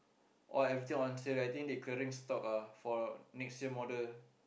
!wah! everything on sale I think they clearing stock ah for next year model